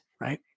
right